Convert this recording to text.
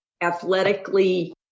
athletically